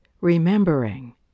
remembering